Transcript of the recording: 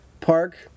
park